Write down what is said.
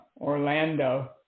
Orlando